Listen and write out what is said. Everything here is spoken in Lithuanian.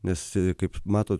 nes kaip matot